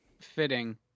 fitting